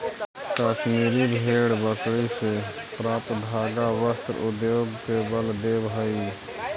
कश्मीरी भेड़ बकरी से प्राप्त धागा वस्त्र उद्योग के बल देवऽ हइ